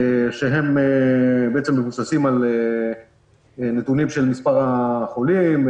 שהם מבוססים על נתונים של מספר החולים,